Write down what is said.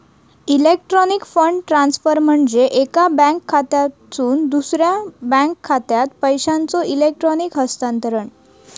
electronic fund transfer म्हणजे एका bank खात्यातसून दुसरा बँक खात्यात पैशांचो इलेक्ट्रॉनिक हस्तांतरण